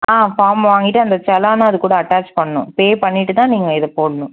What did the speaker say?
ஆ form வாங்கிட்டு அந்த செலானும் அதுக்கூட அட்டாச் பண்ணும் பே பண்ணிட்டு தான் நீங்கள் இதை போடணும்